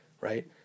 right